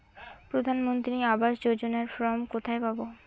প্রধান মন্ত্রী আবাস যোজনার ফর্ম কোথায় পাব?